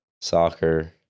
soccer